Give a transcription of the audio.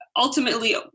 ultimately